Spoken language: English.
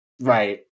Right